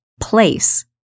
place